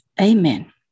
amen